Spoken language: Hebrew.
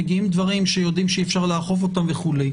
מגיעים דברים שיודעים שאי אפשר לאכוף אותם וכו'.